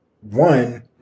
one